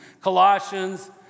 Colossians